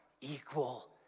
equal